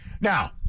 Now